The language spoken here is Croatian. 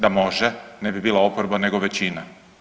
Da može, ne bi bila oporba nego većina.